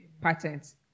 patents